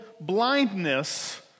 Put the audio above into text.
blindness